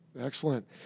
Excellent